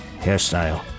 hairstyle